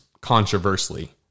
controversially